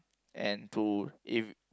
and to if